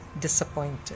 disappointed